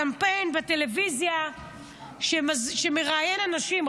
קמפיין בטלוויזיה שמראיין אנשים,